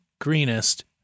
Greenest